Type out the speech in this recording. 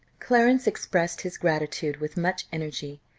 clarence expressed his gratitude with much energy,